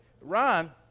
Ron